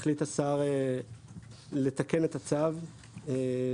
החליט השר לתקן את הצו ולהקטין